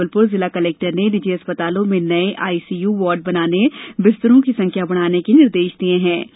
उधर जबलपुर जिला कलेक्टर ने निजी अस्पतालों में नये आईसीयू वार्ड बनाने और बिस्तरों की संख्या बढ़ाने के निर्देश दिये हैं